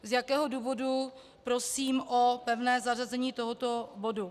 Z jakého důvodu prosím o pevné zařazení tohoto bodu.